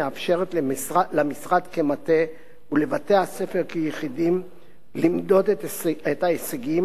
מאפשרת למשרד כמטה ולבתי-הספר כיחידים למדוד את ההישגים